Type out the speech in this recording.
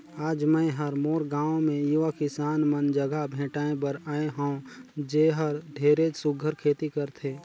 आज मैं हर मोर गांव मे यूवा किसान मन जघा भेंटाय बर आये हंव जेहर ढेरेच सुग्घर खेती करथे